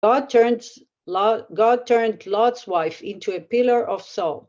God turned Lot's wife into a pillar of salt.